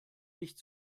nicht